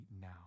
now